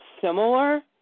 similar